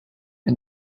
and